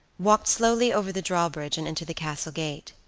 walked slowly over the drawbridge and into the castle gate.